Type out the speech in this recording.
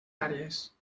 àrees